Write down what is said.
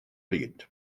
bryd